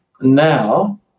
now